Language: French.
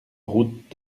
route